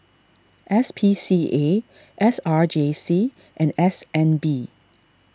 S P C A S R J C and S N B